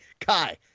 Kai